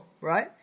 right